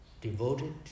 devoted